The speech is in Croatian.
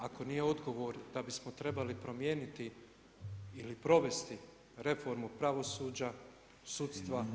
Ako nije odgovor, dal bismo trebali promijeniti ili provesti reformu pravosuđa, sudstva.